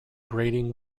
grating